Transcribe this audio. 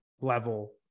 level